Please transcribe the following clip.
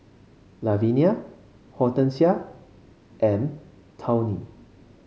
Lavinia Hortensia and Tawny